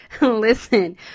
listen